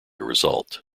result